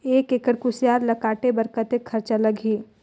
एक एकड़ कुसियार ल काटे बर कतेक खरचा लगही?